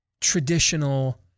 traditional